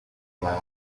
lab